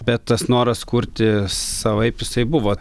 bet tas noras kurti savaip jisai buvo